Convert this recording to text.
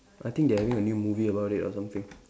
I think they are having a new movie about it or something